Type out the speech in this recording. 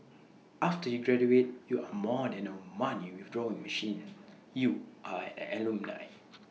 after you graduate you are more than A money withdrawing machine you are an alumni